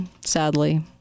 sadly